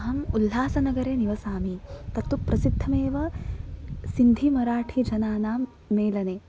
अहम् उल्हासनगरे निवसामि तत्तु प्रसिद्धमेव सिन्धीमराठीजनानां मेलने